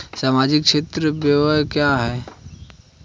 सामाजिक क्षेत्र व्यय क्या है?